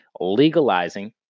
legalizing